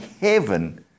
heaven